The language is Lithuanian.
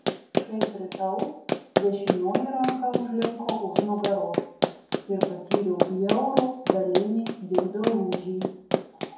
kai kritau dešinioji ranka užlinko už nugaros ir patyriau bjaurų dalinį dilbio lūžį